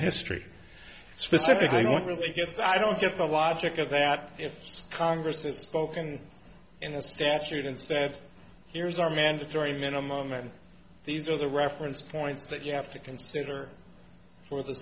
history specifically what really just i don't get the logic of that congressman spoken in a statute and said here's our mandatory minimum and these are the reference points that you have to consider for the